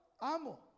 amo